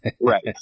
Right